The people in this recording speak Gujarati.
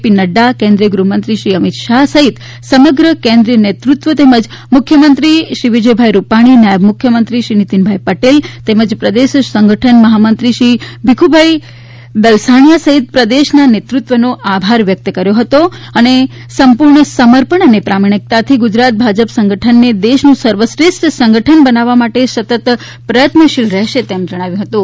પી નફાજી કેન્દ્રિય ગૃહમંત્રીશ્રી અમિતભાઇ શાહ સહિત સમગ્ર કેન્દ્રીય નેતૃત્વ તેમજ મુખ્યમંત્રીશ્રી વિજયભાઈ રૂપાણી નાયબ મુખ્યમંત્રીશ્રી નીતિનભાઇ પટેલ તેમજ પ્રદેશ સંગઠન મહામંત્રી શ્રી ભીખુભાઇ દલસાણીયા સહિત પ્રદેશના નેતૃત્વનો આભાર વ્યક્ત કર્યો હતો અને સંપૂર્ણ સમર્પણ અને પ્રમાણિકતાથી ગુજરાતના ભાજપના સંગઠનને દેશનું સર્વશ્રેષ્ઠ સંગઠન બનાવવા માટે સતત પ્રયત્નીશીલ રહેશે તેમ જણાવ્યું હતું